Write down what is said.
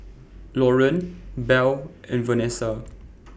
Laureen Bell and Vanesa